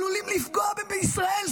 עלולים לפגוע בישראל.